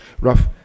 rough